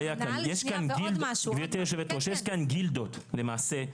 גבירתי היושבת-ראש, יש כאן גילדות למעשה.